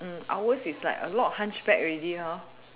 ours is like a lot of hunch back already